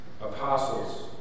apostles